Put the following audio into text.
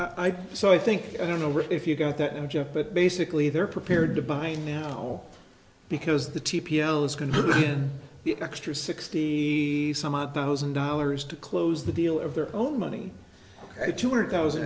so i think i don't know if you got that in just but basically they're prepared to buy now because the t p o is going to be extra sixty some odd thousand dollars to close the deal of their own money at two hundred thousand